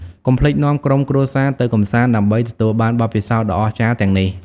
កុំភ្លេចនាំក្រុមគ្រួសារទៅកម្សាន្តដើម្បីទទួលបានបទពិសោធន៍ដ៏អស្ចារ្យទាំងនេះ។